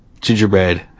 gingerbread